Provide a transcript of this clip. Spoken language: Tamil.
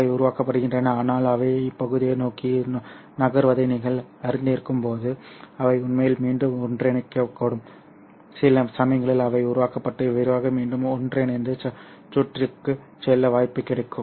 அவை உருவாக்கப்படுகின்றன ஆனால் அவை இப்பகுதியை நோக்கி நகர்வதை நீங்கள் அறிந்திருக்கும்போது அவை உண்மையில் மீண்டும் ஒன்றிணைக்கக்கூடும் சில சமயங்களில் அவை உருவாக்கப்பட்டு விரைவாக மீண்டும் ஒன்றிணைந்து சுற்றுக்குச் செல்ல வாய்ப்பு கிடைக்கும்